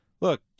Look